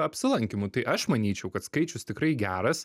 apsilankymų tai aš manyčiau kad skaičius tikrai geras